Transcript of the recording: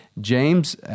James